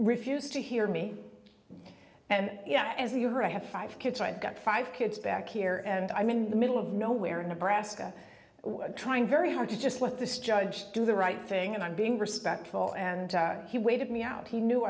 refused to hear me and as you heard i have five kids i've got five kids back here and i'm in the middle of nowhere in nebraska trying very hard to just let this judge do the right thing and i'm being respectful and he waited me out he knew